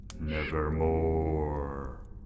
Nevermore